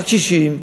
הקשישים,